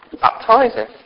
baptizing